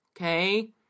okay